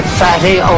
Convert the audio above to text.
fatty